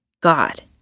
God